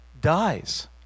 dies